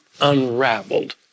unraveled